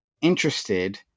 interested